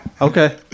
Okay